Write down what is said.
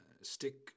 stick